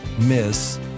miss